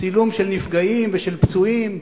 -- צילום של נפגעים ושל פצועים.